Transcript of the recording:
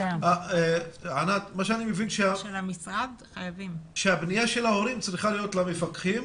הפנייה של ההורים צריכה להיות למפקחים.